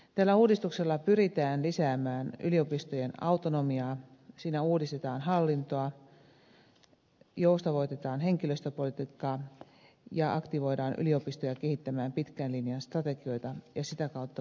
tällä uudistuksella pyritään lisäämään yliopistojen autonomiaa siinä uudistetaan hallintoa joustavoitetaan henkilöstöpolitiikkaa ja aktivoidaan yliopistoja kehittämään pitkän linjan strategioita ja sitä kautta profiloitumaan